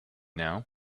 now